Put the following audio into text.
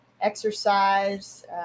exercise